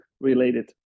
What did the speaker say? related